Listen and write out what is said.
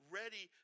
ready